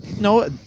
No